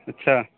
اَچّھا